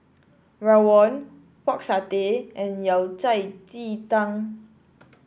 Rawon Pork Satay and Yao Cai Ji Tang